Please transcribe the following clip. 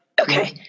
Okay